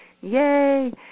Yay